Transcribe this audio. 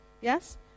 Yes